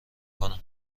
کنم